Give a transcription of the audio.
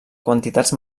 quantitats